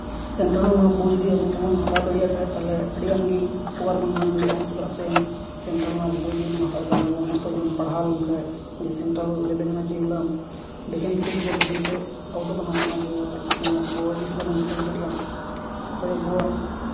central ᱨᱮᱱᱥᱜ ᱵᱳᱭ ᱡᱚᱫᱤ ᱟᱵᱚ ᱜᱮᱵᱚᱱ ᱦᱟᱛᱟᱣ ᱫᱟᱲᱮᱭᱟᱜ ᱠᱷᱟᱡ ᱛᱟᱦᱚᱞᱮ ᱟᱹᱰᱤ ᱜᱟᱱᱜᱮ ᱩᱯᱚᱠᱟᱨ ᱵᱚᱱ ᱧᱟᱢ ᱫᱟᱲᱮᱭᱟᱜᱼᱟ ᱪᱮᱫᱟᱜ ᱥᱮ ᱥᱮᱱᱴᱨᱟᱞ ᱨᱮᱱᱟᱜ ᱵᱳᱭ ᱡᱚᱫᱤ ᱵᱚᱱ ᱦᱟᱛᱟᱣ ᱞᱮᱠᱷᱟᱡ ᱚᱱᱟᱠᱚ ᱢᱚᱡᱽ ᱛᱮ ᱡᱩᱫᱤ ᱵᱚᱱ ᱯᱟᱲᱦᱟᱣ ᱞᱮᱱᱠᱷᱟᱡ ᱡᱩᱫᱤ ᱥᱮᱱᱴᱨᱟᱞ ᱞᱮᱵᱮᱞ ᱨᱮᱱᱟᱜ ᱡᱮᱜᱩᱞᱟ ᱵᱷᱮᱠᱮᱱᱥᱤ ᱦᱤᱡᱩᱜᱼᱟ ᱵᱷᱮᱠᱮᱱᱥᱤ ᱟᱣᱩᱴᱚᱜ ᱠᱟᱱᱟ ᱠᱚ ᱟᱵᱚ ᱟᱹᱰᱤ ᱩᱥᱟᱹᱨᱟ ᱵᱚᱱ ᱯᱨᱤᱱᱴ ᱫᱟᱲᱮᱭᱟᱜᱼᱟ ᱥᱮ ᱟᱵᱚᱣᱟᱜ